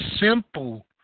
simple